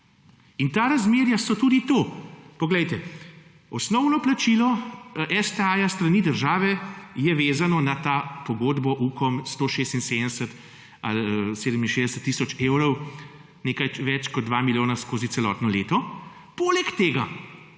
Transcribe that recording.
In ta razmerja so tudi tu. Poglejte, osnovno plačilo STA s strani države je vezano na ta pogodbo Ukom 176 ali 167 tisoč evrov, nekaj več kot 2 milijona skozi celotno leto. Poleg tega